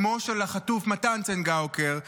אמו של החטוף מתן צנגאוקר,